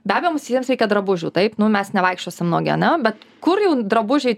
be abejo mums jiems reikia drabužių taip mes nevaikščiosim nuogi ane bet kur jau drabužiai